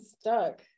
stuck